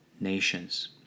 nations